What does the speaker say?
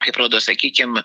kaip rodo sakykim